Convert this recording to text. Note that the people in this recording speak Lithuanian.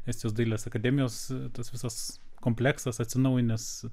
estijos dailės akademijos tas visas kompleksas atsinaujinęs